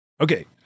Okay